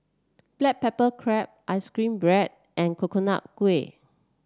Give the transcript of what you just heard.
Black Pepper Crab ice cream bread and Coconut Kuih